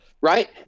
Right